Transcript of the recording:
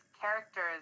characters